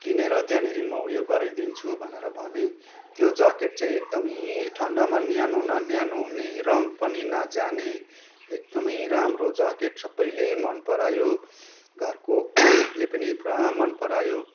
किनेर त्यहाँनिर म उयो गराइदिन्छु भनेर भनेँ त्यो ज्याकेट चाहिँ एकदमै ठन्डामा न्यानो न न्यानो हुने रङ पनि नजाने एकदमै राम्रो ज्याकेट सबैले मनपरायो घरको ले पनि पुरा मनपरायो